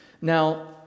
Now